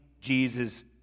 Jesus